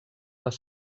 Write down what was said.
les